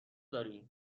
درای